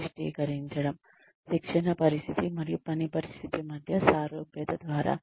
గరిష్టీకరించడం శిక్షణ పరిస్థితి మరియు పని పరిస్థితి మధ్య సారూప్యత ద్వారా